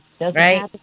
Right